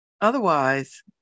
Otherwise